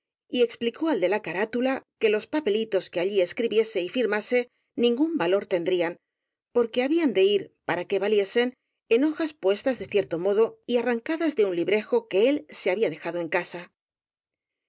y explicó al de la carátula que los papelitos que allí escribiese y firmase ningún valor tendrían porque habían de ir para que valiesen en hojas dispuestas de cierto modo y arrancadas de un librejo que él se había dejado en casa